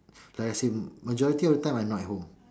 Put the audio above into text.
like I said majority of them I'm not at home